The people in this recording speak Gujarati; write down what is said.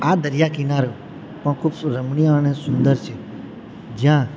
આ દરિયા કિનારો પણ ખૂબ રમણીય અને સુંદર છે જ્યાં